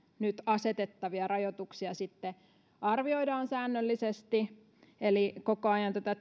nyt asetettavia rajoituksia sitten arvioidaan säännöllisesti eli koko ajan tätä